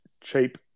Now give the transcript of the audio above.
Cheap